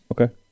okay